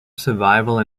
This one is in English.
survival